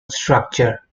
structure